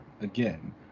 again